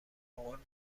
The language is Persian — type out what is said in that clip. غرغرمیکنم